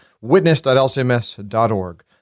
witness.lcms.org